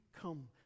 come